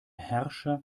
herrscher